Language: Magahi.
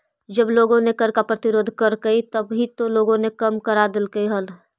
जब लोगों ने कर का प्रतिरोध करकई तभी तो कर कम करा देलकइ हल